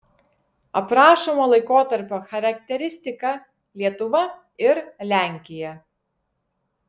aprašomo laikotarpio charakteristika lietuva ir lenkija